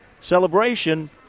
celebration